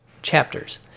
Chapters